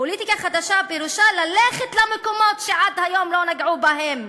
פוליטיקה חדשה פירושה ללכת למקומות שעד היום לא נגעו בהם